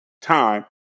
time